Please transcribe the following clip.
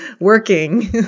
working